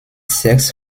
sechs